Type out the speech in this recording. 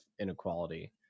inequality